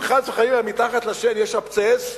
אם חס וחלילה מתחת לשן יש אבצס,